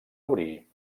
obrir